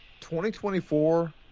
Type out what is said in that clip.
2024